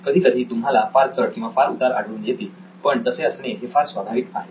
कधी कधी तुम्हाला फार् चढ किंवा फार उतार आढळून येतील पण तसे असणे हे फार स्वभाविक आहे